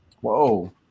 Whoa